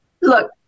look